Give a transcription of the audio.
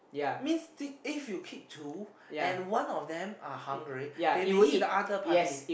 means this if you keep two and one of them are hungry they may eat the other party